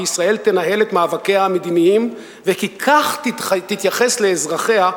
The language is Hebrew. כי ישראל תנהל את מאבקיה המדיניים וכי כך תתייחס לאזרחיה?